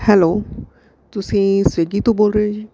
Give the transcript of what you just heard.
hello ਤੁਸੀਂ ਸਵਿਗੀ ਤੋਂ ਬੋਲ ਰਹੇ ਹੋ ਜੀ